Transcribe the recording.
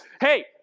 hey